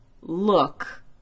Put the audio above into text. look